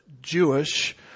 Jewish